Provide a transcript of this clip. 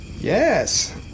Yes